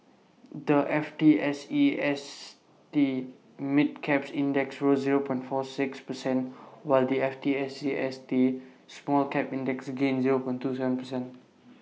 the FTSE St mid cap index rose forty six percentage while the FTSE St small cap index gained twenty Seven percentage